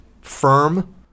firm